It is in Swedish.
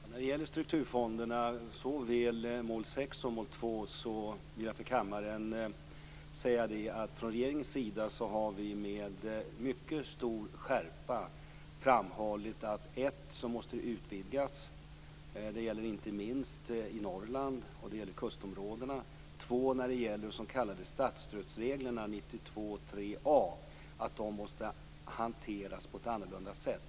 Fru talman! När det gäller strukturfonderna, såväl mål 6 som mål 2, vill jag här i kammaren säga att vi från regeringens sida med mycket stor skärpa har framhållit för det första att det måste utvidgas. Det gäller inte minst i Norrland och kustområdena. För det andra gäller det de s.k. statsstödsreglerna 92.3 a, som måste hanteras på ett annorlunda sätt.